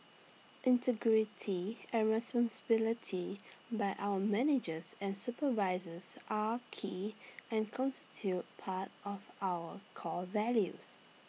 integrity and responsibility by our managers and supervisors are key and constitute part of our core values